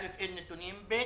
אין נתונים.